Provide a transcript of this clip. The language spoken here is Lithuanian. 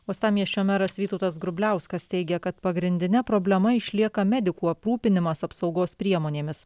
uostamiesčio meras vytautas grubliauskas teigia kad pagrindine problema išlieka medikų aprūpinimas apsaugos priemonėmis